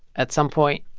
at some point,